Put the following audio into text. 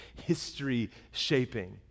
history-shaping